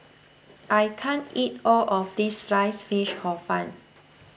I can't eat all of this Sliced Fish Hor Fun